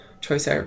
choice